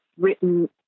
written